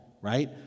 right